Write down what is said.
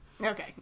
Okay